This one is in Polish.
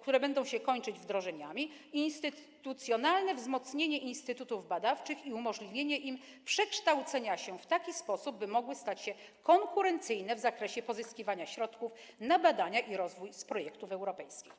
które będą się kończyć wdrożeniami, i instytucjonalne wzmocnienie instytutów badawczych i umożliwienie im przekształcenia się w taki sposób, by mogły stać się konkurencyjne w zakresie pozyskiwania środków na badania i rozwój z projektów europejskich.